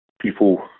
people